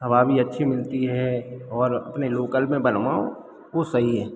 हवा भी अच्छी मिलती है और अपने लोकल में बनवाओ वो सही है